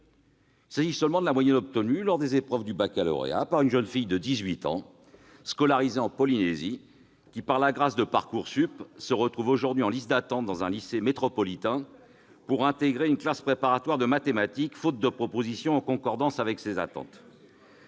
Il s'agit seulement de la moyenne obtenue, lors des épreuves du baccalauréat, par une jeune fille de dix-huit ans, scolarisée en Polynésie, et qui, par la grâce de Parcoursup, se retrouve aujourd'hui sur liste d'attente dans un lycée métropolitain pour intégrer une classe préparatoire de mathématiques, faute de proposition en concordance avec ses attentes.